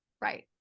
Right